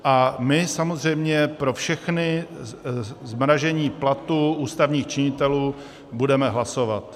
A my samozřejmě pro všechna zmražení platů ústavních činitelů budeme hlasovat.